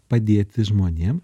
padėti žmonėm